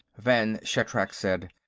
vann shatrak said.